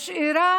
משאירה